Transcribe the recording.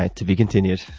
ah to be continued.